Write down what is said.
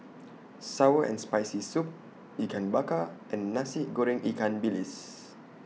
Sour and Spicy Soup Ikan Bakar and Nasi Goreng Ikan Bilis